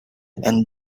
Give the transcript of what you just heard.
and